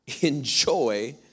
Enjoy